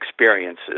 experiences